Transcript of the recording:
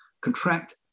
contract